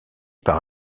par